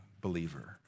believer